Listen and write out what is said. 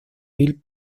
bill